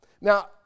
Now